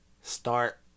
start